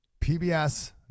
PBS